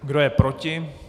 Kdo je proti?